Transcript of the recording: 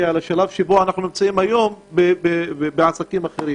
לשלב שבו אנחנו נמצאים היום בעסקים אחרים.